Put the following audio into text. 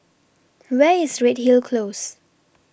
Where IS Redhill Close